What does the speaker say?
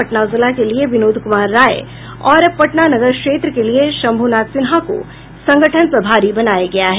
पटना जिला के लिये विनोद कुमार राय और पटना नगर क्षेत्र के लिये शंभुनाथ सिन्हा को संगठन प्रभारी बनाया गया है